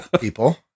people